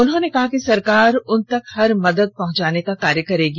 उन्होंने कहा कि सरकार उन तक हर मदद पहुँचाने का कार्य करेगी